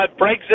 Brexit